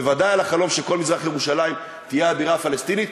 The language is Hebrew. בוודאי על החלום שכל מזרח-ירושלים תהיה הבירה הפלסטינית.